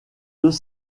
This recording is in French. deux